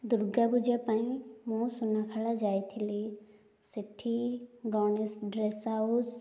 ଦୁର୍ଗାପୂଜା ପାଇଁ ମୁଁ ସୁନାଖେଳା ଯାଇଥିଲି ସେଇଠି ଗଣେଶ ଡ୍ରେସ୍ ହାଉସ୍